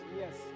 yes